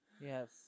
Yes